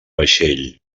vaixell